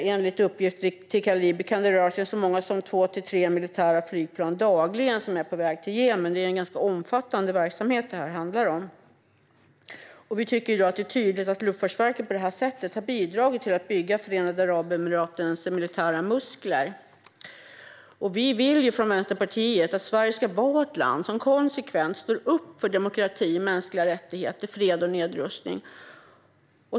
Enligt uppgifter till Kaliber kan det röra sig om så många som två till tre militära flygplan dagligen som är på väg till Jemen. Det handlar alltså om en ganska omfattande verksamhet. Vi tycker att det är tydligt att Luftfartsverket på det här sättet har bidragit till att bygga Förenade Arabemiratens militära muskler. Vi vill från Vänsterpartiets sida att Sverige ska vara ett land som konsekvent står upp för demokrati, mänskliga rättigheter, fred och nedrustning.